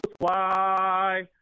fly